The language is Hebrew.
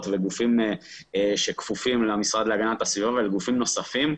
וגופים שכפופים למשרד להגנת הסביבה ולגופים נוספים,